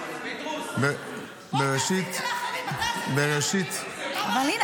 בראשית ------ אבל הינה,